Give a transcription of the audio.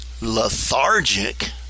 lethargic